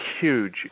huge